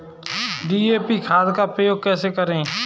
DAP खाद का उपयोग कैसे करें?